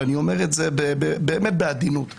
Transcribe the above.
ואני אומר זה באמת בעדינות ובכבוד.